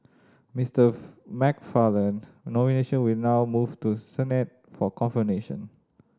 Mister McFarland nomination will now move to Senate for confirmation